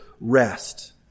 rest